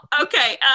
okay